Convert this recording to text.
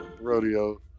Rodeo